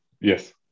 Yes